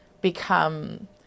become